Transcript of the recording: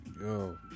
Yo